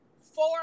four